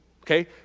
Okay